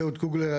אהוד קוגלר,